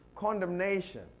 condemnation